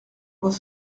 vois